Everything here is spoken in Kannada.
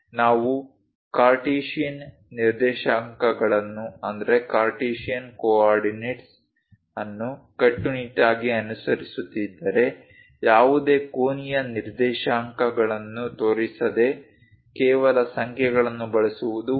ನಾವು ಕಾರ್ಟೇಶಿಯನ್ ನಿರ್ದೇಶಾಂಕಗಳನ್ನು ಕಟ್ಟುನಿಟ್ಟಾಗಿ ಅನುಸರಿಸುತ್ತಿದ್ದರೆ ಯಾವುದೇ ಕೋನೀಯ ನಿರ್ದೇಶಾಂಕಗಳನ್ನು ತೋರಿಸದೆ ಕೇವಲ ಸಂಖ್ಯೆಗಳನ್ನು ಬಳಸುವುದು ಉತ್ತಮ